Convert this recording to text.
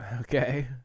Okay